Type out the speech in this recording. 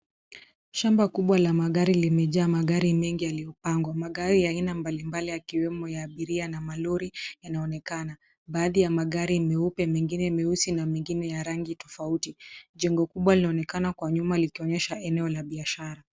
Shamba kubwa la magari limejaa magari mengi yaliyopangwa. Magari ya aina mbali mbali yakiwemo ya abiria na malori, yanaonekana. Baadhi ya magari meupe, mengine meusi, na mengine ya rangi tofauti. Jengo kubwa linaoenekana kwa nyuma, likionyesha eneo la biashara.